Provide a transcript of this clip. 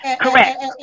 Correct